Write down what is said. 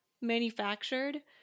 manufactured